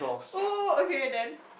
oh okay then